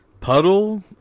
puddle